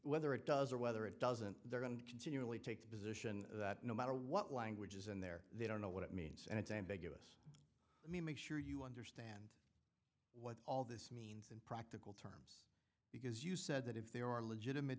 whether it does or whether it doesn't they're going to continually take the position that no matter what language is in there they don't know what it means and it's ambiguous i mean make sure you understand what all this means in practical terms because you said that if there are legitimate